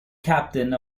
captain